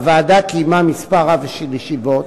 הוועדה קיימה מספר רב של ישיבות,